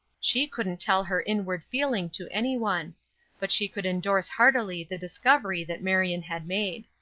she couldn't tell her inward feeling to any one but she could indorse heartily the discovery that marion had made.